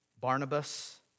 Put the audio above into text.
Barnabas